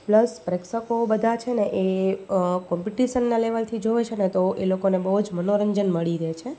plus પ્રેક્ષકો બધાં છે ને એ કોમ્પીટીશનના લેવલથી જુએ છે તો એ લોકોને બહુ જ મનોરંજન મળી રેહ છે